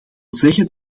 zeggen